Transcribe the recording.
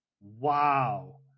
Wow